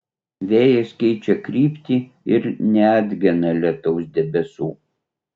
vėjas keičia kryptį ir neatgena lietaus debesų